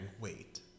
wait